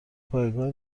پایگاه